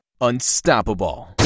Unstoppable